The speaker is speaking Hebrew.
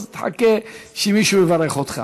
אז תחכה שמישהו יברך אותך.